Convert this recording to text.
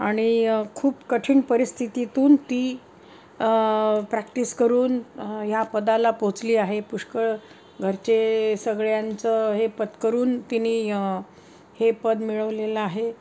आणि खूप कठीण परिस्थितीतून ती प्रॅक्टिस करून ह्या पदाला पोचली आहे पुष्कळ घरचे सगळ्यांचं हे पत्करून तिने हे पद मिळवलेलं आहे